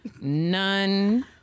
None